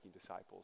disciples